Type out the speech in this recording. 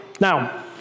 Now